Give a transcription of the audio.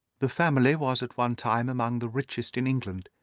the family was at one time among the richest in england,